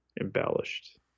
embellished